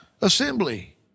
assembly